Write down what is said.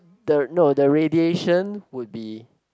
the no the radiation would be